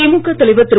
திமுக தலைவர் திரு